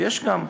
ויש גם,